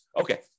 Okay